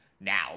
Now